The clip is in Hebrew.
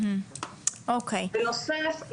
בנוסף,